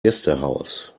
gästehaus